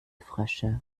frösche